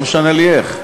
לא משנה לי איך.